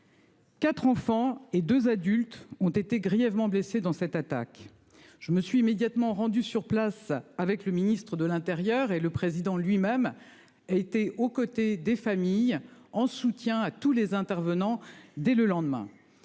4 enfants et 2 adultes ont été grièvement blessées dans cette attaque. Je me suis immédiatement rendue sur place avec le ministre de l'Intérieur et le président lui-même a été aux côtés des familles, en soutien à tous les intervenants dès le lendemain,